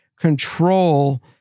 control